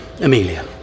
Amelia